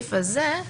הסעיף הזה,